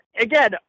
again